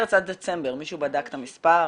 ממרץ עד דצמבר מישהו בדק את המספר,